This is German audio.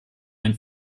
ein